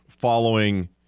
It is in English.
following